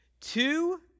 two